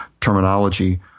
terminology